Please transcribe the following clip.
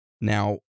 Now